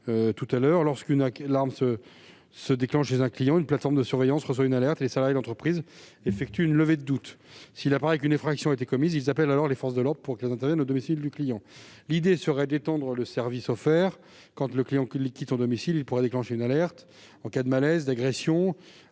ses clients. Lorsqu'une alarme se déclenche chez un client, une plateforme de surveillance reçoit une alerte et les salariés de l'entreprise effectuent une levée de doute. S'il apparaît qu'une infraction a été commise, ils appellent les forces de l'ordre pour qu'elles interviennent au domicile du client. L'idée serait d'étendre le service offert afin que le client, quand il quitte son domicile, puisse déclencher une alerte en cas de malaise ou d'agression,